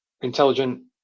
Intelligent